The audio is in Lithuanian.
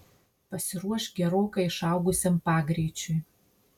pasiruošk gerokai išaugusiam pagreičiui